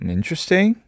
Interesting